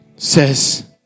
says